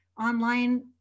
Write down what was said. online